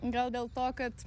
gal dėl to kad